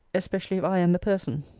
especially if i am the person.